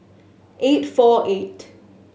eight four eight